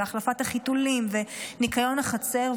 החלפת החיתולים וניקיון החצר,